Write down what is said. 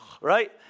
right